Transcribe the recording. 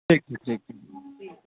ठीक छै ठीक छै ठीक